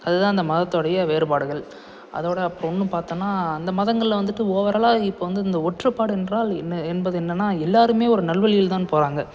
அதுதான் இந்த மதத்தோடைய வேறுபாடுகள் அதோடய அப்போ இன்னும் பார்த்தோன்னா அந்த மதங்கள்ல வந்துட்டு ஓவராலாக இப்போ வந்து இந்த ஒற்றுப்பாடு என்றால் என்ன என்பது என்னன்னா எல்லாருமே ஒரு நல்வழியில்தான் போகிறாங்க